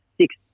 six